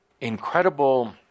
incredible